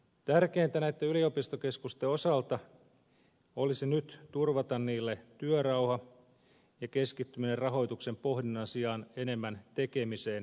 tärkeintä näitten yliopistokeskusten osalta olisi nyt turvata niille työrauha ja keskittyminen rahoituksen pohdinnan sijaan enemmän tekemiseen ja kehittämiseen